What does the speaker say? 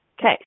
Okay